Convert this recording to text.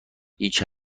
هیچ